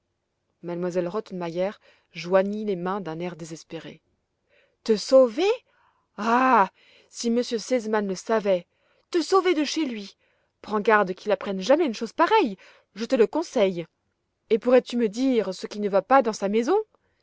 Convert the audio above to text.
m elle rottenmeier joignit les pains d'un air désespéré te sauver ah si m r sesemann le savait te sauver de chez lui prends garde qu'il apprenne jamais une chose pareille je te le conseille et pourrais-tu me dire ce qui ne te va pas dans sa maison